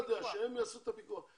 לא יודע, שהם יעשו את הפיקוח.